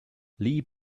lee